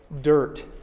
dirt